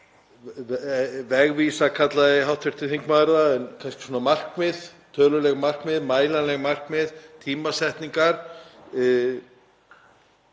vegvísa, kallaði hv. þingmaður það, en kannski markmið, töluleg markmið, mælanleg markmið, tímasetningar.